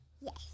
Yes